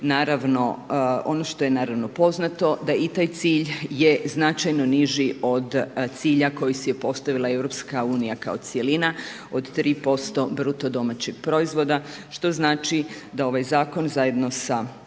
2020. Ono što je naravno poznato, da i taj cilj je značajno niži od cilja koji si je postavila EU kao cjelina od 3% BDP-a što znači da ovaj zakon zajedno sa